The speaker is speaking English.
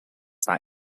that